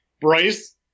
Bryce